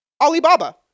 Alibaba